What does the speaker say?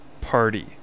party